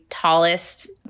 tallest